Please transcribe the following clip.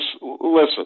listen